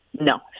No